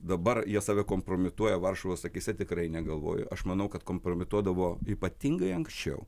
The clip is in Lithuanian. dabar jie save kompromituoja varšuvos akyse tikrai negalvoju aš manau kad kompromituodavo ypatingai anksčiau